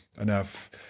enough